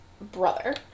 brother